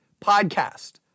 podcast